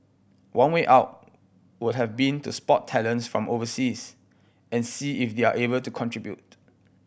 one way out would have been to spot talents from overseas and see if they're able to contribute